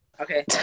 Okay